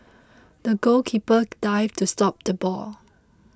the goalkeeper dived to stop the ball